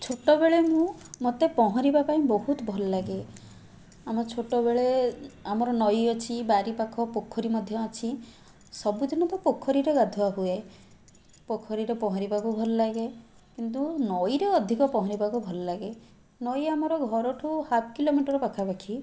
ଛୋଟବେଳେ ମୁଁ ମୋତେ ପହଁରିବା ପାଇଁ ବହୁତ ଭଲଲାଗେ ଆମ ଛୋଟବେଳେ ଆମର ନଈ ଅଛି ବାରି ପାଖ ପୋଖରୀ ମଧ୍ୟ ଅଛି ସବୁଦିନ ତ ପୋଖରୀରେ ତ ଗାଧୁଆ ହୁଏ ପୋଖରୀରେ ପହଁରିବାକୁ ଭଲଲାଗେ କିନ୍ତୁ ନଈରେ ଅଧିକ ପହଁରିବାକୁ ଭଲଲାଗେ ନଈ ଆମର ଘରଠୁ ହାପ୍ କିଲୋମିଟର୍ ପାଖାପାଖି